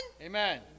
Amen